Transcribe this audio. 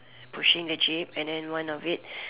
pushing the jeep and then one of it